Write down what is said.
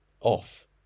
off